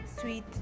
sweet